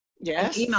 Yes